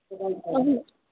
اَہَن حظ